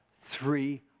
three